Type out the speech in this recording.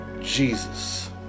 Jesus